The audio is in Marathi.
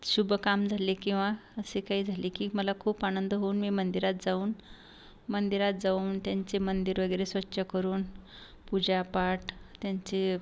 शुभ काम झाले किंवा असे काही झाले की मला खूप आनंद होऊन मी मंदिरात जाऊन मंदिरात जाऊन त्यांचे मंदिर वगैरे स्वच्छ करून पूजापाठ त्यांचे